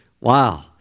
Wow